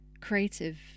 creative